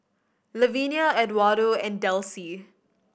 Lavenia Edwardo and Delcie